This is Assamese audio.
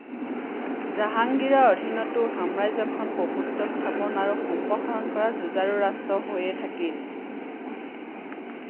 জাহাংগীৰৰ অধীনতো সাম্ৰাজ্যখন প্ৰভুত্ব স্থাপন আৰু সম্প্ৰসাৰণ কৰা যুঁজাৰু ৰাষ্ট্ৰ হৈয়েই থাকিল